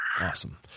Awesome